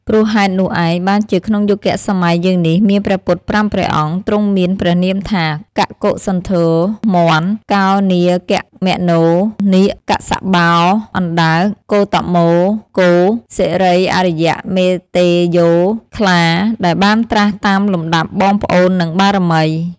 ព្រោះហេតុនោះឯង បានជាក្នុងយុគសម័យយើងនេះ មានព្រះពុទ្ធ ៥ ព្រះអង្គ ទ្រង់មានព្រះនាមថា "កកុសន្ធោ (មាន់), កោនាគមនោ (នាគ), កស្សបោ (អណ្ដើក), គោតមោ (គោ), សិរីអារ្យមេត្តេយ្យោ (ខ្លា) ដែលបាន ត្រាស់តាមលំដាប់បងប្អូន និងបារមី។